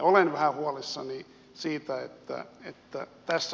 olen vähän huolissani siitä että tässä